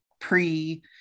pre